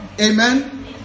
Amen